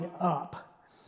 up